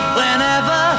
whenever